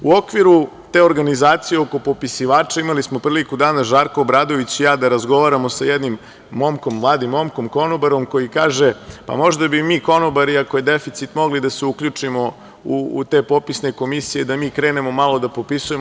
U okviru te organizacije oko popisivača imali smo priliku danas, Žarko Obradović i ja da razgovaramo sa jednim momkom, mladim momkom konobarom, koji kaže – ako je deficit, možda bi i mi, konobari, mogli da se uključimo u te popisne komisije, da mi krenemo malo da popisujemo.